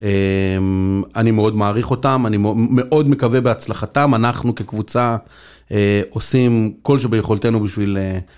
אני מאוד מעריך אותם, אני מאוד מקווה בהצלחתם, אנחנו כקבוצה עושים כל שביכולתנו בשביל...